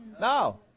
no